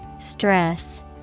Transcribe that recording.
Stress